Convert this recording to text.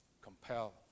Compel